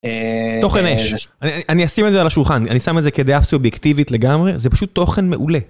תוכן אש, אני אשים את זה על השולחן, אני שם את זה כדעה סובייקטיבית לגמרי, זה פשוט תוכן מעולה.